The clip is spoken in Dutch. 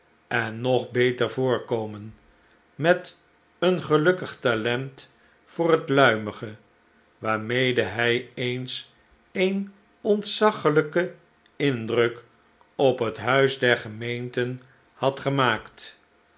en nog beter voorkomen met een gelukkig talent voor het luimige waarmede hij eens een ontzaglijken indruk op het huis der gemeenten had gemaakt